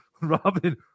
Robin